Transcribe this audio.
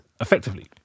effectively